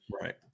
Right